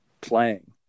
playing